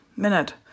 minute